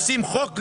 עושים חוק לכולם,